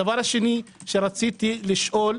הדבר השני שרציתי לשאול,